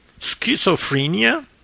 Schizophrenia